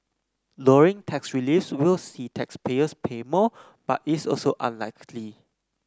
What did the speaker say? lowering tax reliefs will see taxpayers pay more but is also unlikely